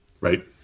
right